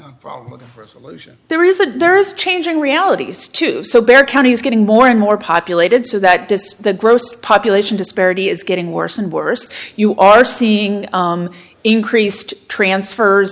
problems for a solution there isn't there is changing realities too so bear county is getting more and more populated so that despite the gross population disparity is getting worse and worse you are seeing increased transfers